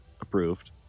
approved